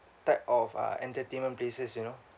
type of uh entertainment places you know